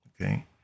okay